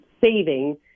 saving